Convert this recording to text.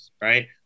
Right